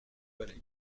balai